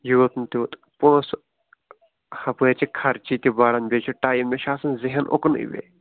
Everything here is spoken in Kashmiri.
یوٗت نہٕ تیوٗت پونٛسہٕ ہَپٲرۍ چھِ خرچہِ تہِ بڑان بیٚیہِ چھِ ٹایِم مےٚ چھِ آسان ذہن اُکنٕے بیٚیہِ